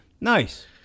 Nice